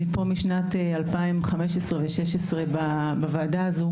אני פה משנת 2015-16 בוועדה הזו.